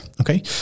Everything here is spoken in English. Okay